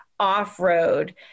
off-road